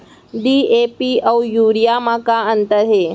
DAP अऊ urea म का अंतर हे?